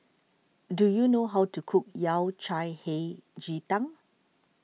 do you know how to cook Yao Cai Hei Ji Tang